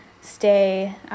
stay